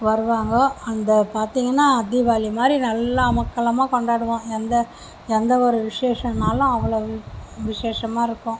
வருவாங்க அந்த பார்த்திங்கன்னா தீபாவளி மாதிரி நல்லா அமர்க்களமா கொண்டாடுவோம் எந்த எந்த ஒரு விஷேசனாலும் அவ்வளோ விஷேசமாக இருக்கும்